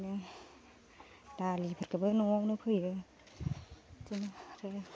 नो दालिफोरखौबो न'आवनो फोयो बिदिनो आरो